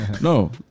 No